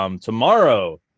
Tomorrow